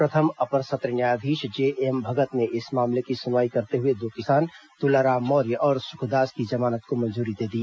प्रथम अपर सत्र न्यायाधीश जेएम भगत ने इस मामले की सुनवाई करते हुए दो किसान तुलाराम मौर्य और सुखदास की जमानत को मंजूरी दे दी